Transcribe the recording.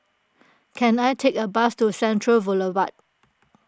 can I take a bus to Central Boulevard